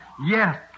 Yes